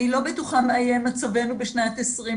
אני לא בטוחה מה יהיה מצבנו בשנת 2020,